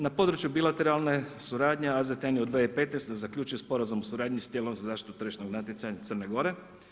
Na području bilateralne suradnje AZTN je u 2015. zaključio Sporazum o suradnji sa tijelom za zaštitu od tržišnog natjecanja Crne Gore.